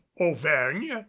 Auvergne